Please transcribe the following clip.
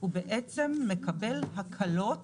הוא בעצם מקבל הקלות